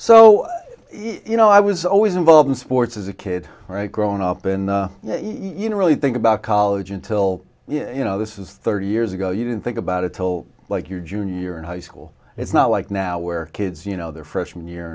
so you know i was always involved in sports as a kid growing up in you know really think about college until you know this is thirty years ago you didn't think about it till like your junior in high school it's not like now where kids you know their freshman y